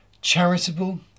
charitable